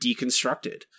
deconstructed